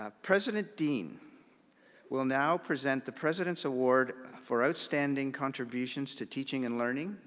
ah president deane will now present the president's award for outstanding contributions to teaching and learning,